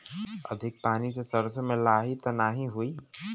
अधिक पानी से सरसो मे लाही त नाही होई?